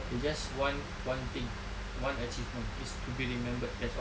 we just want one thing one achievement it's to be remembered that's all